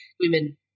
women